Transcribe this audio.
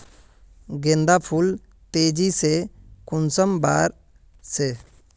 गेंदा फुल तेजी से कुंसम बार से?